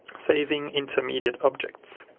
saving intermediate objects